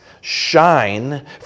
shine